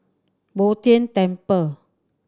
Bo Tien Temple